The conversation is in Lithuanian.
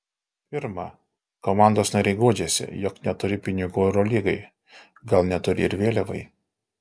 pirma komandos nariai guodžiasi jog neturi pinigų eurolygai gal neturi ir vėliavai